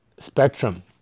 spectrum